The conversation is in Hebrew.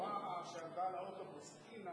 הבחורה שעלתה לאוטובוס, טניה